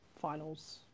finals